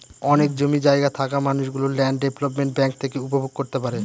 অনেক জমি জায়গা থাকা মানুষ গুলো ল্যান্ড ডেভেলপমেন্ট ব্যাঙ্ক থেকে উপভোগ করতে পারে